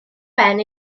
ben